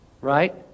right